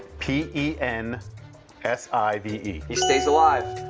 p e n s i v e. he stays alive.